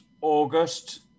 August